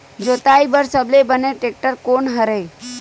जोताई बर सबले बने टेक्टर कोन हरे?